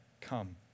come